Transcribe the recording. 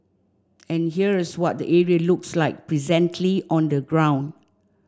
and here's what the area looks like presently on the ground